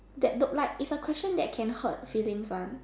that do like it's a question that can hurt feelings one